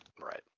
Right